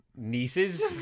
Nieces